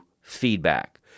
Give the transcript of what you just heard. feedback